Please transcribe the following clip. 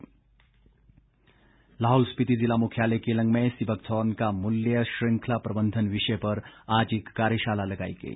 कार्यशाला लाहौल स्पीति जिला मुख्यालय केलंग में सीबकथॉर्न का मूल्य श्रृंखला प्रबंधन विषय पर आज एक कार्यशाला लगाई गई